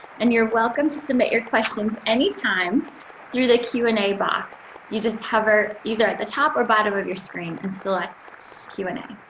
and you're welcome to submit your questions any time through the q and a box. you just hover either at the top or bottom of your screen and select q and a.